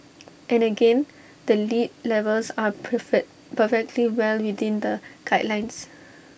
and again the lead levels are perfect perfectly well within the guidelines